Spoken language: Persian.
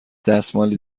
دستمالی